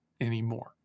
anymore